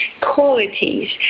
qualities